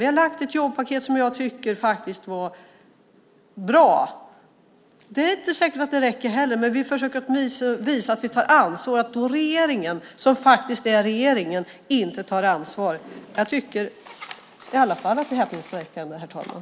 Vi har lagt fram ett jobbpaket som jag tycker är bra. Det är inte säkert att det heller är tillräckligt, men vi försöker visa att vi tar ansvar. Att då regeringen, som faktiskt regerar, inte tar ansvar är häpnadsväckande, herr talman!